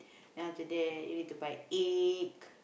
then after that you need to buy egg